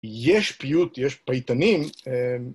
יש פיוט, יש פייטנים